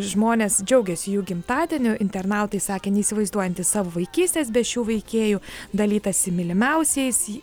žmonės džiaugiasi jų gimtadieniu internautai sakė neįsivaizduojanti savo vaikystės be šių veikėjų dalytasi mylimiausiais